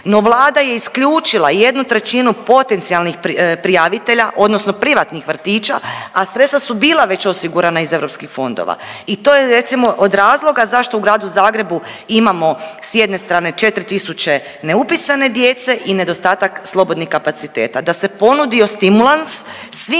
No, Vlada je isključila 1/3 potencijalnih prijavitelja, odnosno privatnih vrtića, a sredstva su bila već osigurana iz EU fondova i to je recimo, od razloga, zašto u Gradu Zagrebu imamo s jedne strane 4 tisuće neupisane djece i nedostatak slobodnih kapaciteta. Da se ponudio stimulans svim